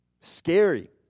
Scary